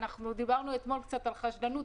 דיברנו אתמול קצת על חשדנות.